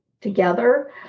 together